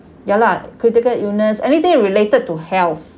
ya lah critical illness anything related to health